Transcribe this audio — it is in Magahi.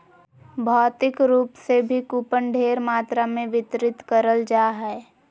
भौतिक रूप से भी कूपन ढेर मात्रा मे वितरित करल जा हय